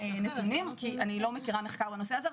נתונים על וולט כי אני לא מכירה מחקר בנושא הזה,